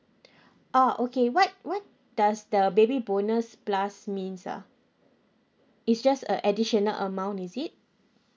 ah okay what what does the baby bonus plus means ah is just a additional amount is it